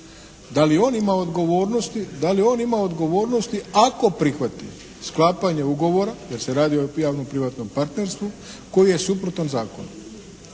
da li on ima odgovornosti ako prihvati sklapanja ugovora jer se radi o javno-privatnom partnerstvu koji je suprotan zakonu?